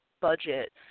budget